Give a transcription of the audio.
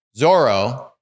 Zorro